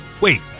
wait